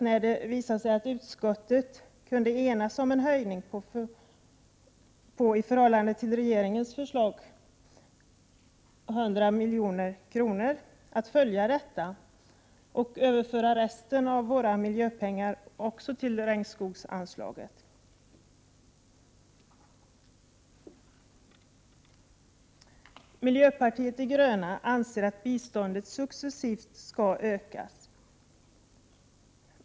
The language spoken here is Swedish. När det visade sig att utskottet kunde enas om en höjning med 100 milj.kr. i förhållande till regeringens förslag valde vi dock att stödja detta förslag och överföra resten av våra miljöpengar till regnskogsanslaget. Miljöpartiet de gröna anser att biståndet successivt skall ökas.